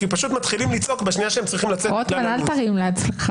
בוא תנצל את זה לדברים חשובים וטובים במקום לשבת פה ולהטיף לנו.